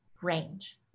range